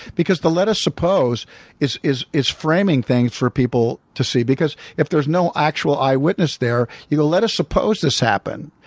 because the let us suppose is is framing things for people to see. because if there's no actual eye witness there, you go, let us suppose this happened.